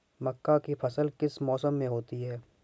मक्का की फसल किस मौसम में होती है?